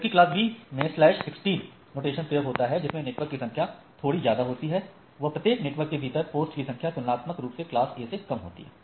जबकि class B में slash 16 notation प्रयोग होता है जिसमें नेटवर्क की संख्या थोड़ी ज्यादा होती है एवं प्रत्येक नेटवर्क के भीतर पोस्ट की संख्या तुलनात्मक रूप से क्लास A से कम होती है